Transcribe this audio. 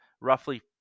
roughly